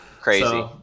Crazy